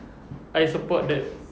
I support that